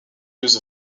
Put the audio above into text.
use